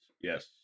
Yes